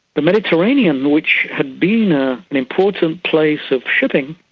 the mediterranean, which had been ah an important place of shipping,